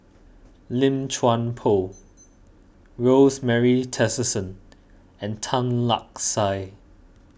Lim Chuan Poh Rosemary Tessensohn and Tan Lark Sye